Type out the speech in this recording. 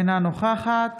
אינה נוכחת